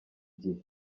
gihe